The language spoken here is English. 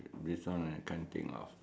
this one I can't think of